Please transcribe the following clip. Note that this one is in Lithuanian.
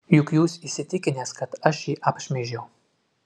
juk jūs įsitikinęs kad aš jį apšmeižiau